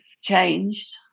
changed